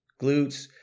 Glutes